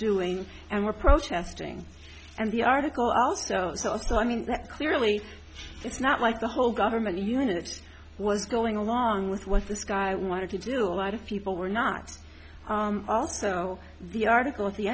doing and were protesting and the article also said also i mean that clearly it's not like the whole government unit was going along with what this guy wanted to do a lot of people were not also the article at the